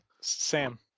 Sam